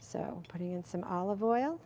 so putting in some olive oil